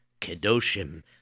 Kedoshim